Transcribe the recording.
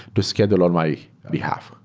to schedule on my behalf.